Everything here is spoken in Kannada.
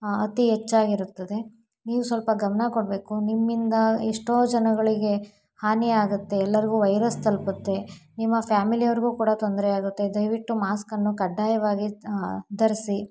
ಅತಿ ಹೆಚ್ಚಾಗಿರುತ್ತದೆ ನೀವು ಸ್ವಲ್ಪ ಗಮನ ಕೊಡಬೇಕು ನಿಮ್ಮಿಂದ ಎಷ್ಟೋ ಜನಗಳಿಗೆ ಹಾನಿ ಆಗುತ್ತೆ ಎಲ್ಲರಿಗೂ ವೈರಸ್ ತಲುಪುತ್ತೆ ನಿಮ್ಮ ಫ್ಯಾಮಿಲಿಯವ್ರಿಗೂ ಕೂಡ ತೊಂದರೆ ಆಗುತ್ತೆ ದಯವಿಟ್ಟು ಮಾಸ್ಕನ್ನು ಕಡ್ಡಾಯವಾಗಿ ಧರಿಸಿ